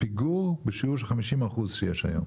פיגור בשיעור של 50% שיש היום.